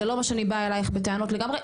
זה לא אומר שאני באה אלייך בטענות לגמרי,